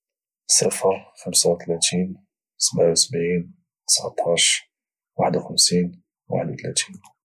صفر خمسة وثلاثين سبعة وسبعين تسعطاش واحد او خمسين واحد او ثلاثين